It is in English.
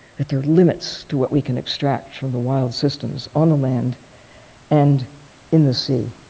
that there are limits to what we can extract from the wild systems on the land and in the sea.